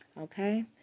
Okay